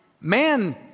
man